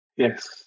Yes